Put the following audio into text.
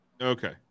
Okay